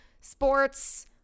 sports